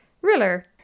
Riller